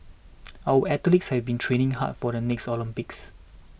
our athletes have been training hard for the next Olympics